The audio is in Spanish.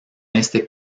este